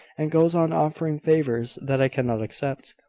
and goes on offering favours that i cannot accept,